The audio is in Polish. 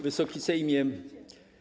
Wysoki Sejmie!